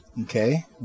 Okay